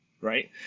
Right